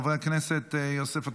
חבר הכנסת יוסף עטאונה,